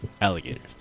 Alligators